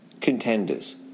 Contenders